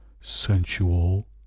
sensual